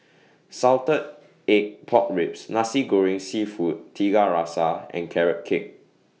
Salted Egg Pork Ribs Nasi Goreng Seafood Tiga Rasa and Carrot Cake